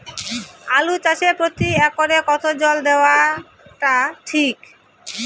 আলু চাষে প্রতি একরে কতো জল দেওয়া টা ঠিক?